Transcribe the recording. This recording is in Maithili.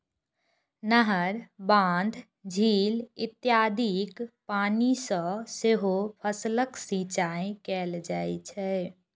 नहर, बांध, झील इत्यादिक पानि सं सेहो फसलक सिंचाइ कैल जाइ छै